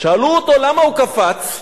שאלו אותו למה הוא קפץ,